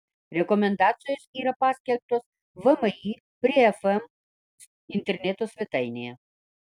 rekomendacijos yra paskelbtos vmi prie fm interneto svetainėje